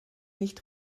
nicht